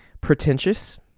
pretentious